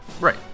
Right